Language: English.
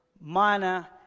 Mana